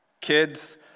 Kids